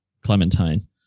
Clementine